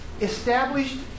established